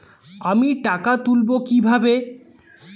আমি টাকা তুলবো কি ভাবে?